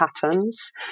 patterns